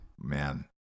Man